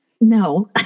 No